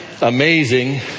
amazing